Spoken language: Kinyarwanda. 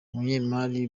umunyemari